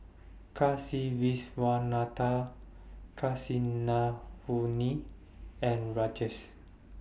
Kasiviswanathan Kasinadhuni and Rajesh